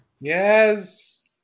Yes